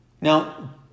Now